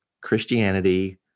Christianity